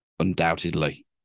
undoubtedly